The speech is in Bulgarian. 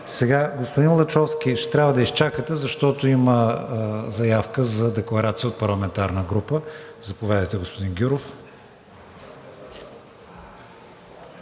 четене. Господин Лачовски, ще трябва да изчакате, защото има заявка за декларация от парламентарна група. Заповядайте, господин Гюров.